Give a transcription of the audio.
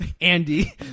Andy